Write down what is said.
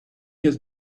his